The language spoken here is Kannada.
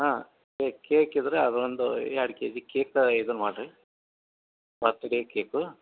ಹಾಂ ಕೇಕ್ ಕೇಕ್ ಇದ್ರೆ ಅದೊಂದು ಎರ್ಡು ಕೆ ಜಿ ಕೇಕ ಇದನ್ನ ಮಾಡ್ರಿ ಬರ್ತಡೇ ಕೇಕು